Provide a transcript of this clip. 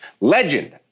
Legend